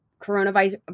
coronavirus